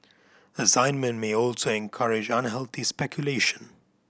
assignment may also encourage unhealthy speculation